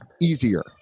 Easier